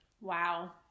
Wow